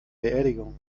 beerdigung